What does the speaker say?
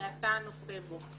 שאתה נושא בו